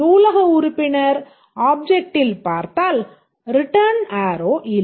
நூலக உறுப்பினர் அப்ஜெக்ட்டில் பார்த்தால் ரிட்டர்ன் அம்பு இல்லை